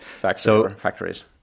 factories